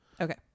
okay